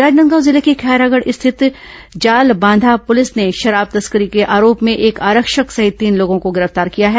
राजनांदगांव जिले के खैरागढ़ क्षेत्र स्थित जालबांघा पुलिस ने शराब तस्करी के आरोप में एक आरक्षक सहित तीन लोगों को गिरफ्तार किया है